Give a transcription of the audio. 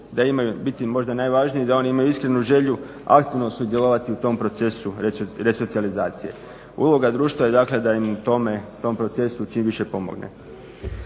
da imaju u biti možda i najvažniji, da oni imaju iskrenu želju aktivno sudjelovati u tom procesu resocijalizacije. Uloga društva je da im u tom procesu čim više pomogne.